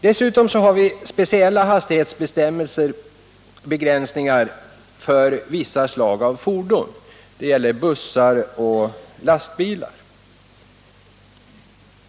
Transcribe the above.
Dessutom gäller speciella hastighetsbegränsningar för vissa slag av fordon såsom bussar och lastbilar.